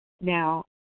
Now